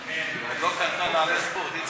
(תיקון, הקמת מרכזים למיצוי